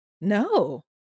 no